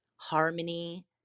harmony